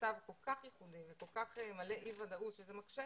במצב כל כך ייחודי וכל כך מלא אי-ודאות, שזה מקשה,